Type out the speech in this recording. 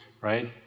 right